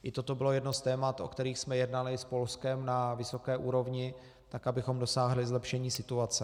I toto bylo jedno z témat, o kterých jsme jednali s Polskem na vysoké úrovni, tak abychom dosáhli zlepšení situace.